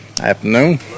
afternoon